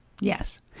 Yes